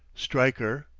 stryker,